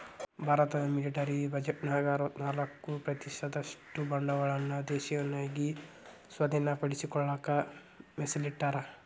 ಭಾರತದ ಮಿಲಿಟರಿ ಬಜೆಟ್ನ್ಯಾಗ ಅರವತ್ತ್ನಾಕ ಪ್ರತಿಶತದಷ್ಟ ಬಂಡವಾಳವನ್ನ ದೇಶೇಯವಾಗಿ ಸ್ವಾಧೇನಪಡಿಸಿಕೊಳ್ಳಕ ಮೇಸಲಿಟ್ಟರ